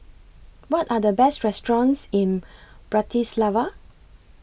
What Are The Best restaurants in Bratislava